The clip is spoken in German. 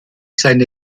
seine